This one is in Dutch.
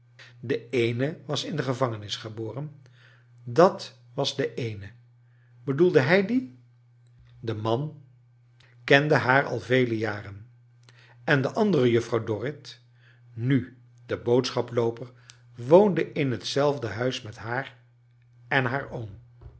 de eene was in de gevangenis ge'boren dat was de eene bedoelde hij die de man kende haar ai vele jaren en de an j dere juffrouw dorrit nu de bood j schaplooper woonde in hetzelfde huis met haar en haar oom